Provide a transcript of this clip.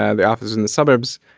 and the office in the suburbs.